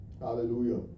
Hallelujah